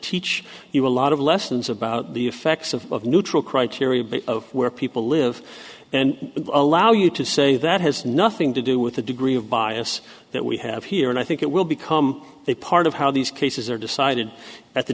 teach you a lot of lessons about the effects of of neutral criteria of where people live and allow you to say that has nothing to do with the degree of bias that we have here and i think it will become a part of how these cases are decided at the